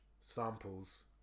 samples